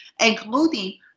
including